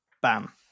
Bam